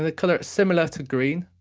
ah colour it similar to green,